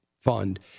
fund